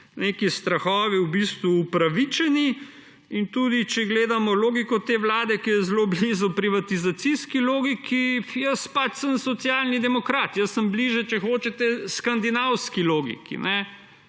neki strahovi v bistvu upravičeni. Tudi če gledamo logiko te vlade, ki je zelo blizu privatizacijski logiki – jaz pač sem socialni demokrat, jaz sem bližje, če hočete, skandinavski logiki